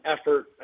effort